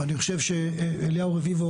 ואני חושב שאליהו רביבו,